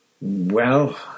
Well